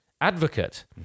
advocate